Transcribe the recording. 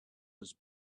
was